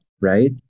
right